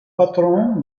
patron